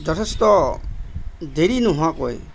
যথেষ্ট দেৰি নোহোৱাকৈ